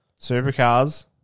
Supercars